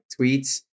tweets